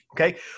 Okay